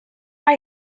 mae